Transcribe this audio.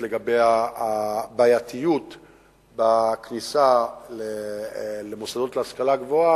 לגבי הבעייתיות בכניסה למוסדות להשכלה גבוהה,